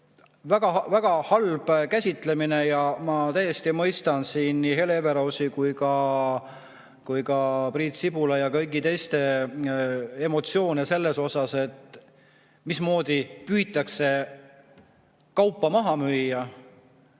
väga halb käsitlemine ja ma täiesti mõistan nii Hele Everausi kui ka Priit Sibula ja kõigi teiste emotsioone seoses sellega, mismoodi püütakse kaupa maha müüa.